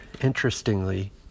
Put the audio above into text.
interestingly